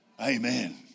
Amen